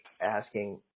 asking